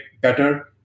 better